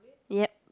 ya